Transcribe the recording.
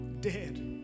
Dead